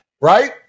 Right